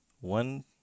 one